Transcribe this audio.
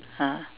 ah